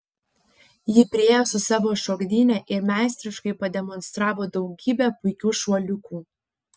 ji priėjo su savo šokdyne ir meistriškai pademonstravo daugybę puikių šuoliukų